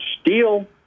Steel